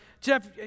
Jeff